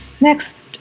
Next